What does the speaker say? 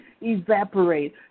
evaporate